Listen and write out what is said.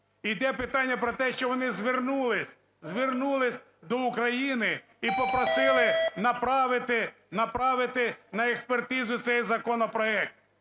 йде питання про те, що вони звернулися, звернулися до України і попросили направити на експертизу цей законопроект.